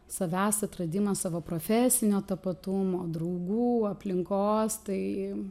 savęs atradimą savo profesinio tapatumo draugų aplinkos tai